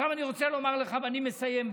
אני רוצה לומר לך, ואני מסיים בזה.